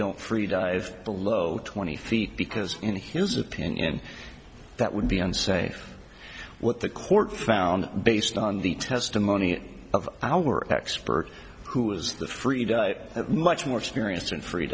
don't free dive below twenty feet because in his opinion that would be unsafe what the court found based on the testimony of our expert who was the freed i have much more experience in free